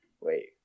Wait